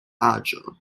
aĝo